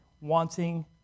wanting